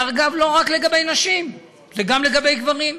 זה, אגב, לא רק לגבי נשים, זה גם לגבי גברים.